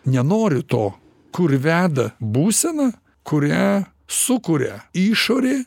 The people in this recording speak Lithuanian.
nenoriu to kur veda būsena kurią sukuria išorė